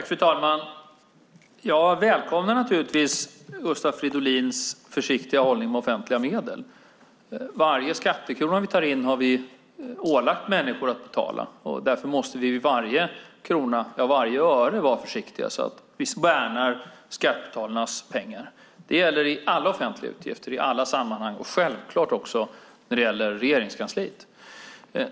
Fru talman! Jag välkomnar Gustav Fridolins försiktiga hållning med offentliga medel. Varje skattekrona vi tar in har vi ålagt människor att betala. Därför måste vi vara försiktiga med varje krona och varje öre så att vi värnar skattebetalarnas pengar. Det gäller alla offentliga utgifter i alla sammanhang, och självfallet också Regeringskansliet.